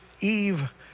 Eve